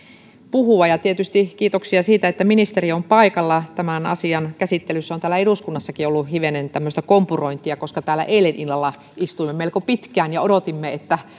puhua ja tietysti kiitoksia siitä että ministeri on paikalla tämän asian käsittelyssä on täällä eduskunnassakin ollut hivenen tämmöistä kompurointia koska täällä eilen illalla istuimme melko pitkään ja odotimme että